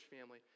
family